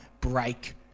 break